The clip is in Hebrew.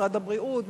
משרד הבריאות,